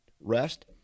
rest